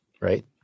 right